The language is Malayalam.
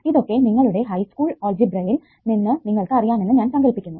ഇതൊക്കെ നിങ്ങളുടെ ഹൈ സ്കൂൾ ആൾജിബ്രയിൽ നിന്ന് നിങ്ങൾക്ക് അറിയാമെന്നു ഞാൻ സങ്കൽപ്പിക്കുന്നു